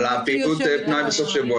על פעילות הפנאי בסופי השבוע.